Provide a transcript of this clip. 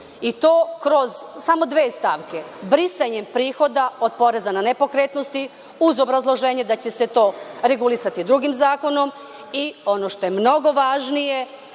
i to kroz samo dve stavke - brisanjem prihoda od poreza na nepokretnosti uz obrazloženje da će se to regulisati drugim zakonom i ono što je mnogo važnije